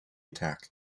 attack